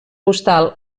postal